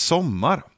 Sommar